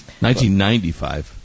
1995